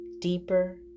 deeper